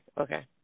okay